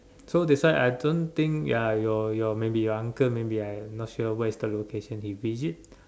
so that's why I don't think ya your your maybe your uncle maybe I not sure where is the location he visit